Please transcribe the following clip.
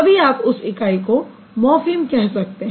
तभी आप उस इकाई को मॉर्फ़िम कह सकते हैं